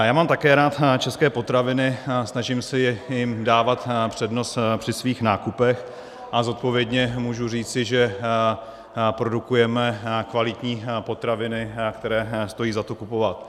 Já mám také rád české potraviny a snažím se jim dávat přednost při svých nákupech a zodpovědně můžu říci, že produkujeme kvalitní potraviny, které stojí za to kupovat.